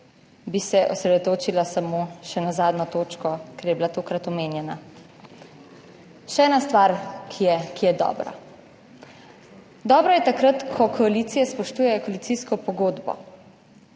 bi se osredotočila samo še na zadnjo točko, ker je bila tokrat omenjena še ena stvar, ki je, ki je dobra. Dobro je takrat, ko koalicije spoštujejo koalicijsko pogodbo.